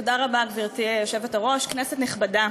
תודה רבה, גברתי היושבת-ראש, כנסת נכבדה,